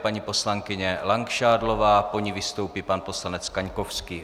Paní poslankyně Langšádlová, po ní vystoupí pan poslanec Kaňkovský.